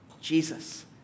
Jesus